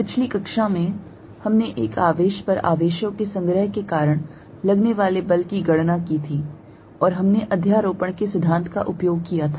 पिछली कक्षा में हमने एक आवेश पर आवेशों के संग्रह के कारण लगने वाले बल की गणना की थी और हमने अध्यारोपण के सिद्धांत का उपयोग किया था